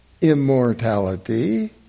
immortality